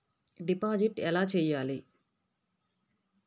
Deposit ఎలా చెయ్యాలి?